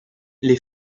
les